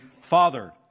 Father